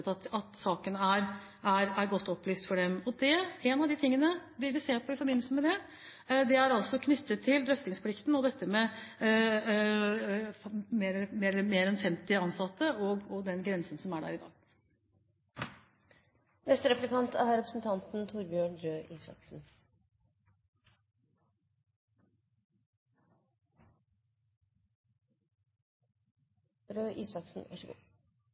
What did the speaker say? at saken er godt opplyst for dem? Noe av det vi vil se på i forbindelse med det, er knyttet til drøftingsplikten og dette med mer enn 50 ansatte og den grensen som er der i